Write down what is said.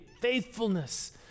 faithfulness